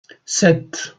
sept